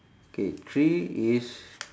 K three is